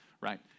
Right